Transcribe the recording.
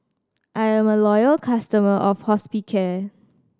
I'm a loyal customer of Hospicare